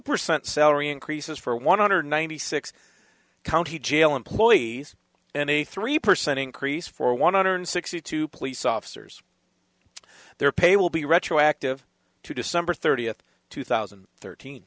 percent salary increases for one hundred ninety six county jail employees any three percent increase for one hundred sixty two police officers their pay will be retroactive to december thirtieth two thousand and thirteen